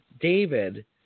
David